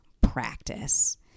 practice